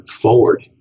forward